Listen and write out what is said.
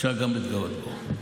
אפשר גם להתגאות בו.